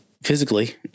Physically